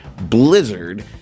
blizzard